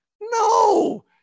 no